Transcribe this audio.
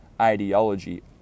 ideology